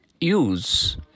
use